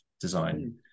design